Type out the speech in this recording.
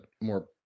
more